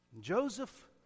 Joseph